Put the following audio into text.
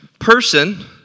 Person